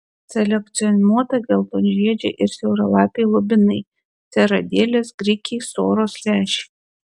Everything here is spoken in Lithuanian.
selekcionuota geltonžiedžiai ir siauralapiai lubinai seradėlės grikiai soros lęšiai